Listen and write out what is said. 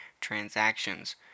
transactions